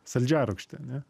saldžiarūgštė ane